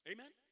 Amen